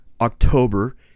October